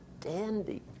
dandy